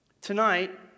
Tonight